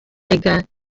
erega